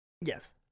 yes